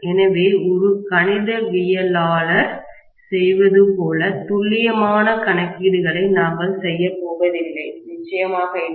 எனவே ஒரு கணிதவியலாளர் செய்வது போல துல்லியமான கணக்கீடுகளை நாங்கள் செய்யப்போவதில்லை நிச்சயமாக இல்லை